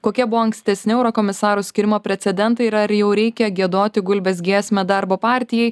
kokie buvo ankstesni eurokomisarų skyrimo precedentai ir ar jau reikia giedoti gulbės giesmę darbo partijai